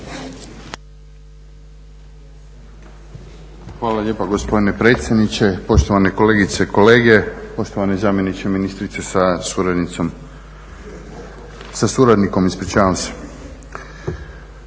Hvala lijepa gospodine predsjedniče, poštovane kolegice i kolege, poštovani zamjeniče ministrice sa suradnikom. Imamo zaključke